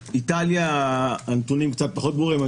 באיטליה הנתונים קצת פחות ברורים אבל